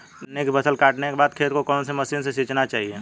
गन्ने की फसल काटने के बाद खेत को कौन सी मशीन से सींचना चाहिये?